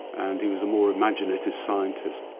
and he was a more imaginative scientist.